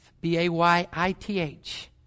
B-A-Y-I-T-H